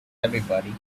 everybody